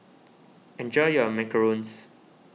enjoy your macarons